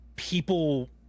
people